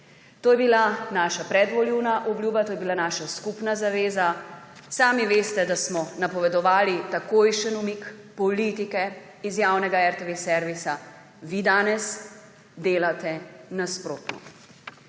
To je bila naša predvolilna obljuba, to je bila naša skupna zaveza. Sami veste, da smo napovedovali takojšen umik politike iz javnega RTV servisa, vi danes delate nasprotno.